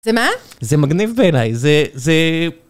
זה מה? זה מגניב בעיניי, זה... זה...